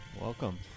Welcome